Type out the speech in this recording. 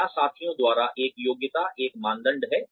क्या साथियों द्वारा एक योग्यता एक मानदंड है